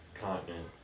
Continent